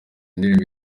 indirimbo